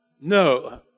No